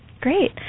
Great